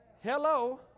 Hello